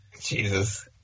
Jesus